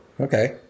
okay